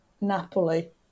Napoli